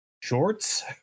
shorts